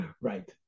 right